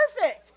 perfect